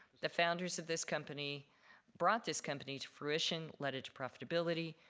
the founders of this company brought this company to fruition, led it to profitability,